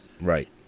Right